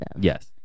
Yes